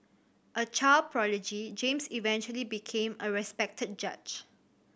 a child prodigy James eventually became a respected judge